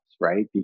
right